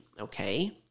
Okay